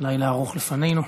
לילה ארוך לפנינו.